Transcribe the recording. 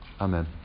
Amen